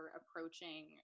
approaching